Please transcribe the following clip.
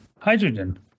hydrogen